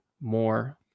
more